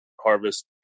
harvest